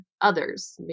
others